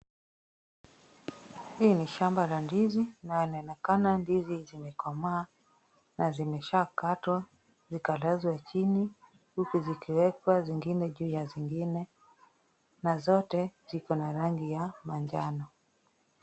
Hii ni shamba la ndizi na inaonekana ndizi zimekomaa na zimeshakatwa zikalazwa chini huku zikiwekwa zingine juu ya zingine na zote ziko na rangi ya manjano.